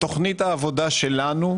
בתכנית העבודה שלנו,